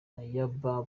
ayabba